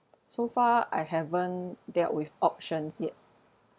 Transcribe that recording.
so far I haven't dealt with options yet